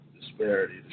disparity